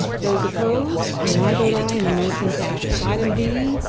those opposed? and i vote aye and motion passes. item b,